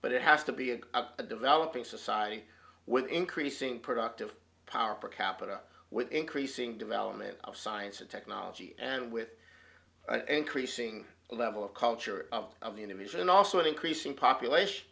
but it has to be a developing society with increasing productive power per capita with increasing development of science and technology and with an increasing level of culture of the individual and also an increasing population